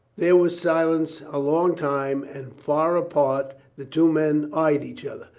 there was silence a long time, and far apart the two men eyed each other,